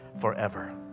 forever